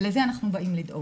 ולזה אנחנו באים לדאוג